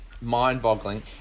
mind-boggling